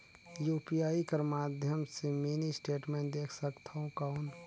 UPI कर माध्यम से मिनी स्टेटमेंट देख सकथव कौन?